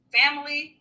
family